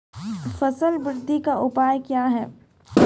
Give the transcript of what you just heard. फसल बृद्धि का उपाय क्या हैं?